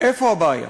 איפה הבעיה?